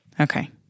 Okay